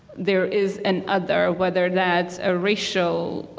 there is an other weather that's a racial